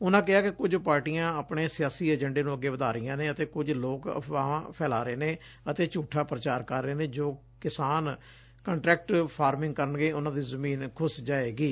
ਉਨਾਂ ਕਿਹਾ ਕਿ ਕੁਝ ਪਾਰਟੀਆਂ ਆਪਣੇ ਸਿਆਸੀ ਏਜੰਡੇ ਨੂੰ ਅੱਗੇ ਵਧਾ ਰਹੀਆਂ ਨੇ ਅਤੇ ਕੁਝ ਲੋਕ ਅਫਵਾਹਾਂ ਫੈਲਾ ਰਹੇ ਨੇ ਅਤੇ ਝੂਠਾ ਪੂਚਾਰ ਕਰ ਰਹੇ ਨੇ ਕਿ ਜੋ ਕਿਸਾਨ ਕੰਟਰੈਕਟ ਫਾਰਮਿੰਗ ਕਰਨਗੇ ਉਨਾਂ ਦੀ ਜ਼ਮੀਨ ਖੁਸ ਜਾਏਗੀ